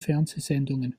fernsehsendungen